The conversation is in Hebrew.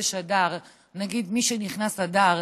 בחודש אדר נגיד: משנכנס אדר,